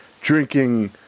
drinking